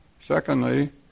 secondly